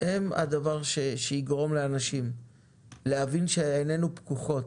הם הדבר שיגרום לאנשים להבין שעינינו פקוחות,